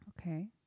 okay